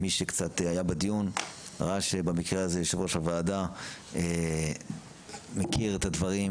מי שקצת היה בדיון ראה שבמקרה הזה יושב ראש הוועדה מכיר את הדברים,